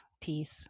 peace